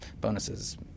bonuses